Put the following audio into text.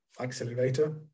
accelerator